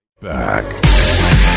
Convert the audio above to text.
Back